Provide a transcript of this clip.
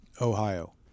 Ohio